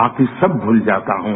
बाकि सब भूल जाता हूं